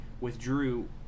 withdrew